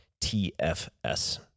TFS